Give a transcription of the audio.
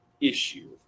issue